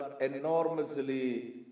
enormously